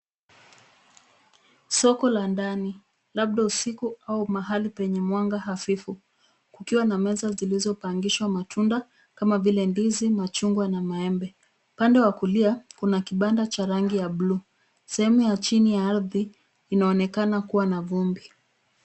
Soko la ndani. Labda usiku au pahali penye mwanga hafifu kukiwa na meza zilizopangishwa matunda kama vile ndimu, ndizi, machungwa na maembe. Upande wa kulia kuna kibanda cha rangi ya buluu. Sehemu ya chini ya ardhi inaonekana kuwa na vumbi.